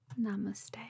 Namaste